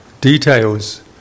details